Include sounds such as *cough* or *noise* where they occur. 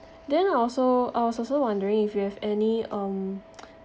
then I also I was also wondering if you have any um *noise*